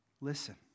listen